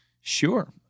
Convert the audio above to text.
Sure